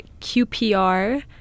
QPR